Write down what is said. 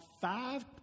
five